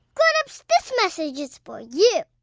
grown-ups, this message is for you